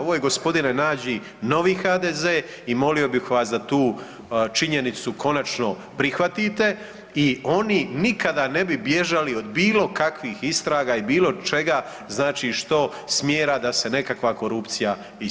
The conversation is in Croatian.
Ovo je gospodine Nađi novi HDZ i molio bih vas da tu činjenicu konačno prihvatite i oni nikada ne bi bježali od bilo kakvih istraga i bilo čega, znači što smjera da se nekakva korupcija istraži.